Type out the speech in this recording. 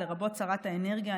לרבות שרת האנרגיה.